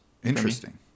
interesting